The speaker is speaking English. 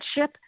ship